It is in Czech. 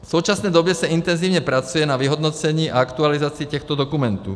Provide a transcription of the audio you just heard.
V současné době se intenzivně pracuje na vyhodnocení a aktualizaci těchto dokumentů.